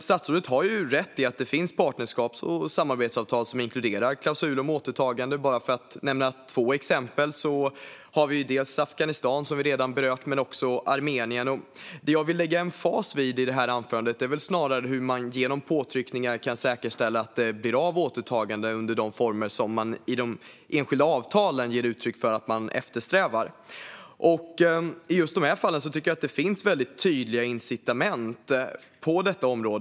Statsrådet har rätt i att det finns partnerskaps och samarbetsavtal som inkluderar klausul om återtagande. För att bara nämna två exempel har vi avtal med Afghanistan, som vi redan berört, och också Armenien. Det jag vill lägga emfas vid i anförandet är snarare hur man genom påtryckningar kan säkerställa att återtagande blir av under de former som man i de enskilda avtalen ger uttryck för att man eftersträvar. I just de här fallen tycker jag att det finns väldigt tydliga incitament på detta område.